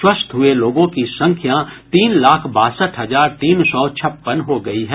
स्वस्थ हुए लोगों की संख्या तीन लाख बासठ हजार तीन सौ छप्पन हो गयी है